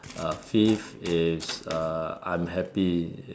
uh fifth is uh I'm happy